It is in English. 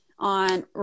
On